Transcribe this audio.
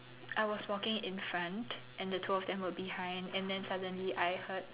I was walking in front and the two of them were behind and then suddenly I heard